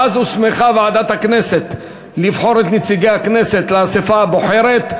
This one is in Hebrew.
שאז הוסמכה ועדת הכנסת לבחור את נציגי הכנסת לאספה הבוחרת,